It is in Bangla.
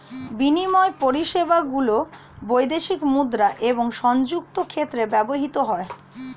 বিনিময় পরিষেবাগুলি বৈদেশিক মুদ্রা এবং সংযুক্ত ক্ষেত্রে ব্যবহৃত হয়